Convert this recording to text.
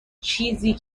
چیزی